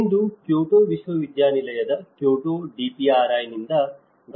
ಇಂದು Kyoto ವಿಶ್ವವಿದ್ಯಾನಿಲಯದ Kyoto DPRI ನಿಂದ ಡಾ